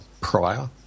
prior